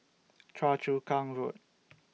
Choa Chu Kang Road